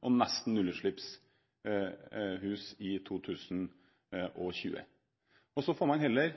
og nesten nullutslippshus i 2020. Så får man heller,